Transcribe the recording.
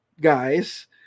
guys